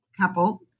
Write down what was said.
couple